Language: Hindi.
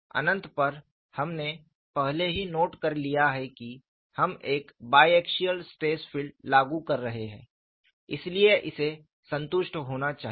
अनंत पर हमने पहले ही नोट कर लिया है कि हम एक बायएक्सियल स्ट्रेस फील्ड लागू कर रहे हैं इसलिए इसे संतुष्ट होना चाहिए